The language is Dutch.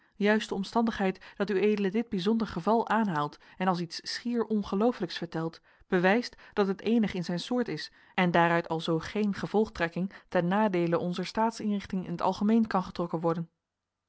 de omstandigheid dat ued dit bijzonder geval aanhaalt en en als iets schier ongeloofelijks vertelt bewijst dat het eenig in zijn soort is en daaruit alzoo geene gevolgtrekking ten nadeele onzer staatsinrichting in t algemeen kan getrokken worden